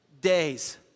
days